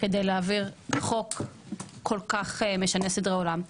כדי להעביר חוק כל כך משנה סדרי עולם.